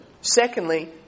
Secondly